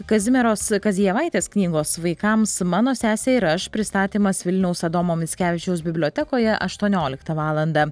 kazimieros kazijevaitės knygos vaikams mano sesė ir aš pristatymas vilniaus adomo mickevičiaus bibliotekoje aštuonioliktą valandą